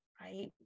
Right